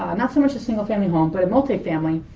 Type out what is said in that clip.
um not so much the single family home, but a multifamily,